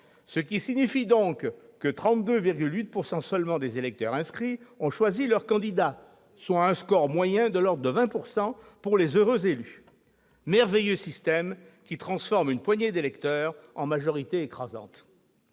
Ce qui signifie donc que 32,8 % seulement des électeurs inscrits ont choisi leur candidat, soit un score moyen de l'ordre de 20 % pour les heureux élus. Merveilleux système qui transforme une poignée d'électeurs en majorité écrasante